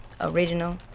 original